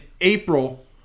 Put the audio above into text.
April